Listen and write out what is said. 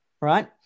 right